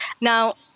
Now